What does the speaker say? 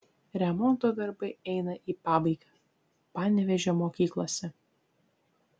remonto darbai eina į pabaigą panevėžio mokyklose